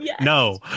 no